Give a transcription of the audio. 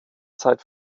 zeit